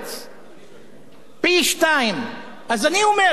פי-שניים, אז אני אומר: יש בעיה בסדר העדיפויות.